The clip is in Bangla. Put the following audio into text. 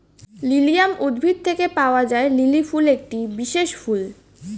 লিলিয়াম উদ্ভিদ থেকে পাওয়া লিলি ফুল একটি বিশেষ ফুল